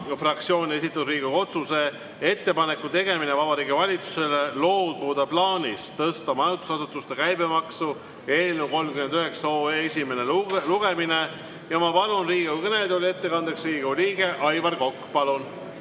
fraktsiooni esitatud Riigikogu otsuse "Ettepaneku tegemine Vabariigi Valitsusele loobuda plaanist tõsta majutusasutuste käibemaksu" eelnõu 39 esimene lugemine. Ma palun Riigikogu kõnetooli ettekandeks Riigikogu liikme Aivar Koka. Palun!